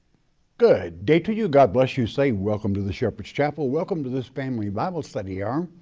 good day to you, god bless you. say welcome to the shepherd's chapel. welcome to this family bible study hour.